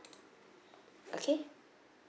okay